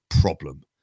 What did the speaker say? problem